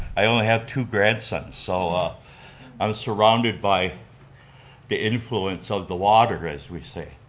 i only have two grandsons, so ah i'm surrounded by the influence of the water, as we say,